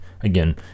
Again